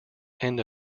end